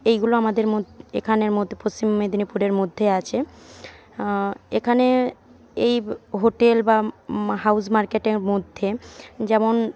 এইগুলো আমাদের এখানের মধ্যে পশ্চিম মেদিনীপুরের মধ্যে আছে এখানে এই হোটেল বা হাউজ মার্কেটের মধ্যে যেমন